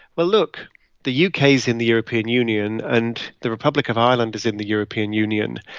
well, look the u k. is in the european union, and the republic of ireland is in the european union.